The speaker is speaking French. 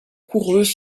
coureuse